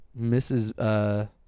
mrs